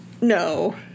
No